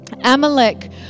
Amalek